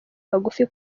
bagufi